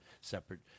separate